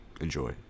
Enjoy